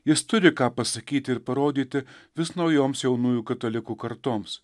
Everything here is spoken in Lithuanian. jis turi ką pasakyti ir parodyti vis naujoms jaunųjų katalikų kartoms